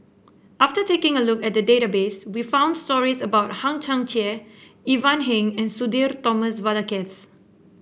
after taking a look at the database we found stories about Hang Chang Chieh Ivan Heng and Sudhir Thomas Vadaketh